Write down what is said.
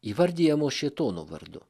įvardijamos šėtono vardu